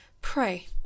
Pray